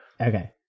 Okay